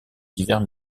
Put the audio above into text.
divers